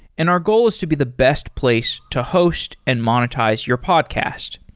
and our goal is to be the best place to host and monetize your podcast.